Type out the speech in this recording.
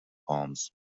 palms